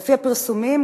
לפי הפרסומים,